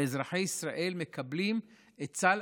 ואזרחי ישראל מקבלים את סל